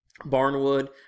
barnwood